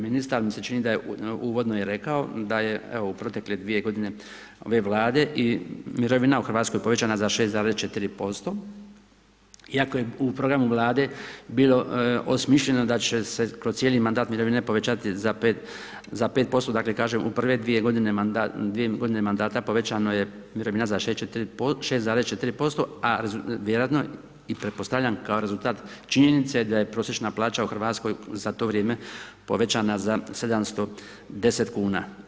Ministar mi se čini da je uvodno i rekao, da je u protekle 2 g. ove vlade i mirovine u Hrvatskoj povećana za 6,4%, iako je u programu vlade bilo osmišljeno da će se kroz cijeli mandat mirovine povećati za 5% dakle, kažem u prve 2 g. mandata povećano je mirovine za 6,4% a i vjerojatno i pretpostavljam kao i rezultat činjenice da je prosječna plaća u Hrvatskoj za to vrijeme povećana za 710 kn.